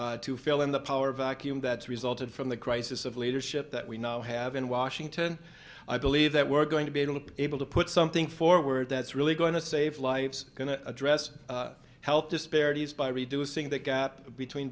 to fill in the power vacuum that's resulted from the crisis of leadership that we now have in washington i believe that we're going to be able to put something forward that's really going to save lives going to address health disparities by reducing that gap between